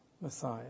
Messiah